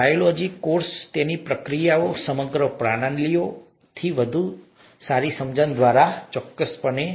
biology કોષ તેની પ્રક્રિયાઓ સમગ્ર પ્રણાલીઓની વધુ સારી સમજણ દ્વારા ચોક્કસપણે હા